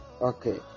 Okay